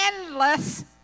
endless